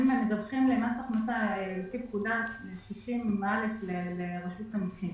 הם מדווחים למס הכנסה לפי פקודה 60א לרשות המיסים